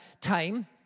time